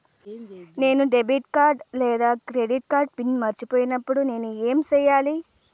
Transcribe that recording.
నేను debit card లేదా credit card PIN మర్చిపోయినప్పుడు నేను ఏమి సెయ్యాలి?